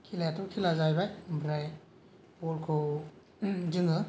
खेलायाथ' खेला जाहैबाय ओमफ्राय बलखौ जोङो